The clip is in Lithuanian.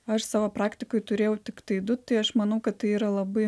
aš savo praktikoj turėjau tiktai du tai aš manau kad tai yra labai